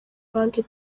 banki